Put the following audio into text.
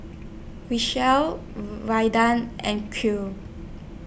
and